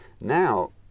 Now